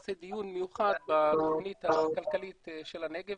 נעשה דיון מיוחד בתוכנית הכלכלית של הנגב,